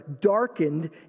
darkened